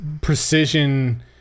precision